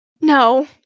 No